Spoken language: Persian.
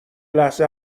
لحظه